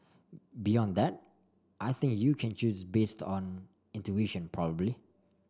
beyond that I think you can choose based on intuition probably